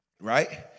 right